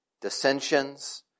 dissensions